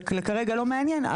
כרגע לא מעניין.